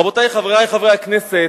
רבותי, חברי חברי הכנסת,